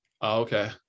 Okay